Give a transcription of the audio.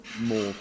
more